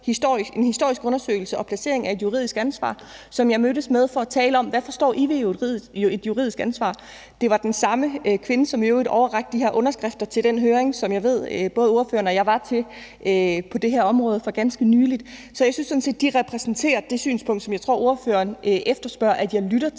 en historisk undersøgelse og placering af et juridisk ansvar, og jeg mødtes med dem for at tale om, hvad de forstår ved et juridisk ansvar. Det var den samme kvinde, som i øvrigt overrakte de her underskrifter til den høring på det her område for ganske nylig, som jeg ved at både ordføreren og jeg var til. Så jeg synes sådan set, de repræsenterer det synspunkt, som jeg tror ordføreren efterspørger at jeg lytter til.